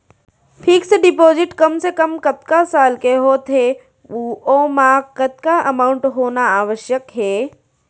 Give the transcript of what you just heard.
Fix deposit कम से कम कतका साल के होथे ऊ ओमा कतका अमाउंट होना आवश्यक हे?